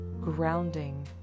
grounding